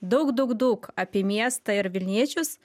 daug daug daug apie miestą ir vilniečius